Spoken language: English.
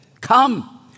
Come